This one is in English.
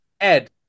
Ed